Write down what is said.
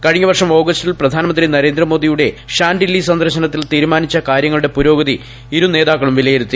കഴിഞ്ഞ വർഷം ഓഗസ്റ്റിൽ പ്രധാനമന്ത്രി നരേന്ദ്രമോദിയുടെ ഷാന്റില്ലി സന്ദർശനത്തിൽ തീരുമാനിച്ച കാര്യങ്ങളുടെ പുരോഗതി ഇരു നേതാക്കളും വിലയിരുത്തി